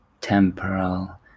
temporal